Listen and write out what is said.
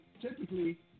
typically